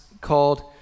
called